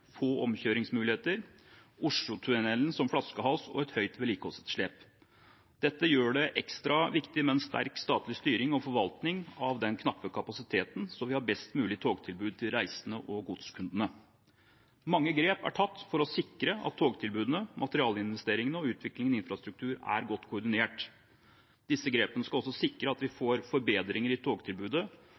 få omkjøringsmuligheter, Oslotunnelen som flaskehals og et høyt vedlikeholdsetterslep. Dette gjør det ekstra viktig med en sterk statlig styring og forvaltning av den knappe kapasiteten, så vi har et best mulig togtilbud til de reisende og godskundene. Mange grep er tatt for å sikre at togtilbudene, materiellinvesteringene og utviklingen i infrastruktur er godt koordinert. Disse grepene skal også sikre at vi får forbedringer i togtilbudet